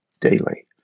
daily